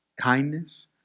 kindness